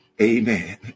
Amen